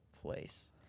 place